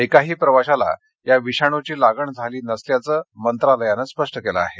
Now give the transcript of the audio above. एकाही प्रवाशाला या विषाणूची लागण झाली नसल्याचं मंत्रालयानं स्पष्ट केलं आहे